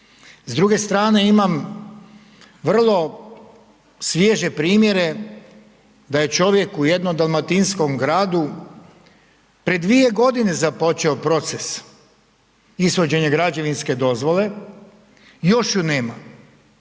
S druge strane imam vrlo svježe primjere da je čovjek u jednom dalmatinskom gradu pred dvije godine započeo proces ishođenja građevinske dozvole i još ju nema.